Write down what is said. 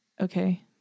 okay